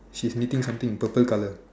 she's knitting something purple colour